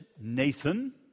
Nathan